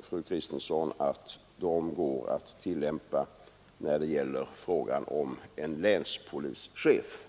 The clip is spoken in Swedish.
fru Kristensson ändå inte att de går att tillämpa när det gäller en länspolischef.